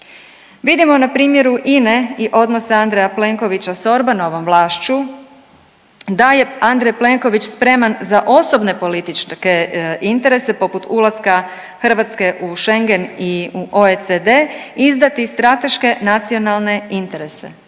Vidimo na primjeru INE i odnosa Andreja Plenkovića s Orbanovom vlašću da je Andrej Plenković spreman za osobne političke interese poput ulaska Hrvatske u Schengen i u OECD izdati strateške nacionalne interese,